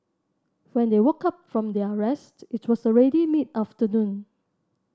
when they woke up from their rest it was already mid afternoon